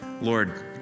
Lord